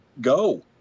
go